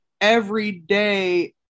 everyday